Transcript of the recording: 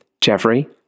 Jeffrey